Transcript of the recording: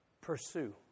Pursue